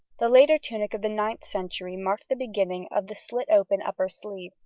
the later tunic of the ninth century marked the beginning of the slit-open upper sleeve,